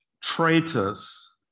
traitors